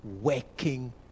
working